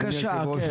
אדוני היושב-ראש,